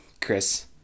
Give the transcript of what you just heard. chris